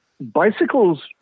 Bicycles